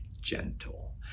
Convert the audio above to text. gentle